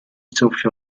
sophia